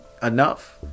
enough